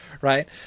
right